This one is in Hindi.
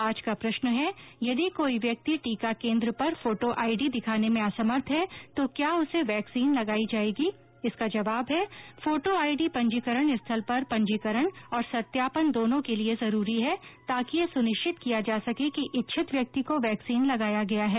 आज का प्रश्न है यदि कोई व्यक्ति टीका केन्द्र पर फोटो आईडी दिखाने में असमर्थ है तो क्या उसे वैक्सीन लगाई जाएगी इसका जवाब है फोटो आईडी पंजीकरण स्थल पर पंजीकरण और सत्यापन दोनों के लिए जरूरी है ताकि यह सुनिश्चित किया जा सके कि इच्छित व्यक्ति को वैक्सीन लगाया गया है